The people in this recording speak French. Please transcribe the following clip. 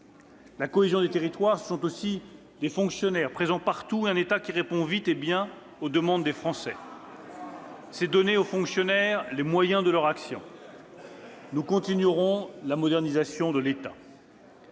La cohésion des territoires, ce sont aussi des fonctionnaires présents partout et un État qui répond vite et bien aux demandes des Français. » On les cherche encore !« Il faut donner aux fonctionnaires les moyens de leur action. Nous continuerons la modernisation de l'État.